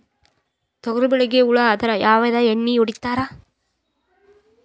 ತೊಗರಿಬೇಳಿಗಿ ಹುಳ ಆದರ ಯಾವದ ಎಣ್ಣಿ ಹೊಡಿತ್ತಾರ?